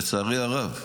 לצערי הרב,